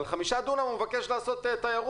על חמישה דונם הוא מבקש לעשות תיירות,